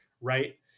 right